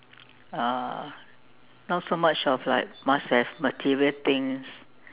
uh not so much of like must have material things